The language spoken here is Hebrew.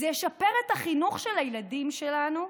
זה ישפר את החינוך של הילדים שלנו,